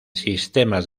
sistemas